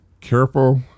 careful